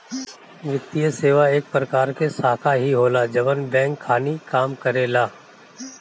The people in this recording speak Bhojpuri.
वित्तीये सेवा एक प्रकार के शाखा ही होला जवन बैंक खानी काम करेला